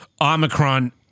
Omicron